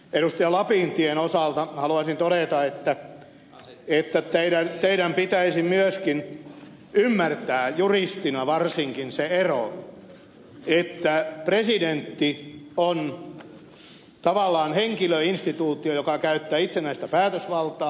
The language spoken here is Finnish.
lapintien osalta haluaisin todeta että teidän pitäisi myöskin ymmärtää juristina varsinkin se ero että presidentti on tavallaan henkilöinstituutio joka käyttää itsenäistä päätösvaltaa